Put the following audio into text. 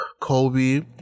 Kobe